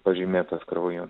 pažymėtas krauju